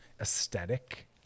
aesthetic